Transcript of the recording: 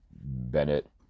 Bennett